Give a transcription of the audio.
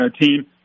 team